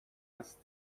است